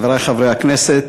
חברי חברי הכנסת,